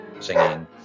singing